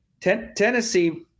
Tennessee